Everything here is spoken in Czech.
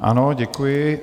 Ano, děkuji.